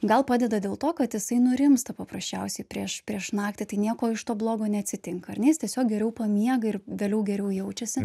gal padeda dėl to kad jisai nurimsta paprasčiausiai prieš prieš naktį tai nieko iš to blogo neatsitinka ar ne jis tiesiog geriau pamiega ir vėliau geriau jaučiasi